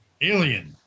Alien